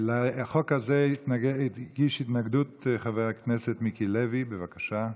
לחוק הזה הגיש התנגדות חבר הכנסת מיקי לוי, בבקשה.